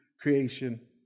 creation